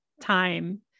time